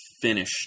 finish